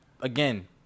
again